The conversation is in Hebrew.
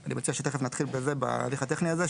אני מציע שתיכף נתחיל בהליך הטכני הזה,